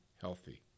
healthy